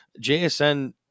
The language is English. JSN